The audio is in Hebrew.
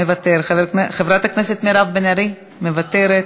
מוותר, חברת הכנסת מירב בן ארי, מוותרת,